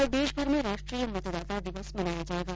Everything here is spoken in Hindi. कल प्रदेशभर में राष्ट्रीय मतदाता दिवस मनाया जायेगा